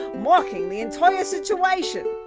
mocking the entire situation.